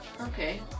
Okay